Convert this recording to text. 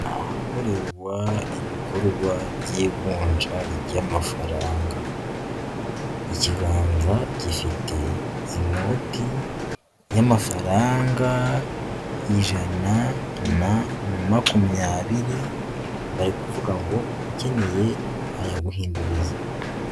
Ahakorerwa ibikorwa by'ivunja ry'amafaranga, ikiganza gifite inoti y'amafaranga ijana na makumyabiri, bari kuvuga ngo ukeneye bayaguhinduriza.